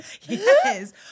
Yes